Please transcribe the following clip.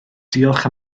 diolch